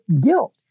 guilt